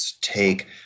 take